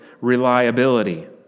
reliability